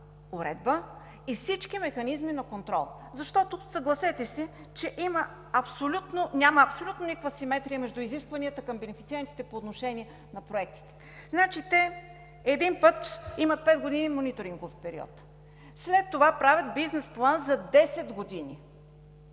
уредба и всички механизми на контрол. Съгласете се, че няма абсолютно никаква симетрия между изискванията към бенефициентите по отношение на проектите. Те, един път, имат пет години мониторингов период, след това правят бизнес план за десет години,